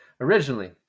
Originally